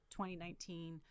2019